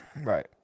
Right